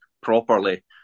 properly